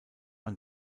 man